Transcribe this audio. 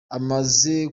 amaze